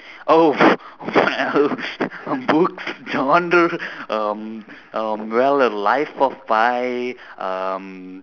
oh well books genre um um well uh life of pi um